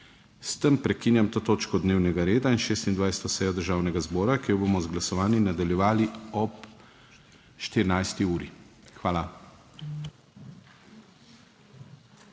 S tem prekinjam to točko dnevnega reda in 26. sejo Državnega zbora, ki jo bomo z glasovanji nadaljevali ob 14. uri. (Seja